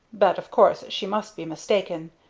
but, of course, she must be mistaken.